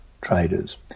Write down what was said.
traders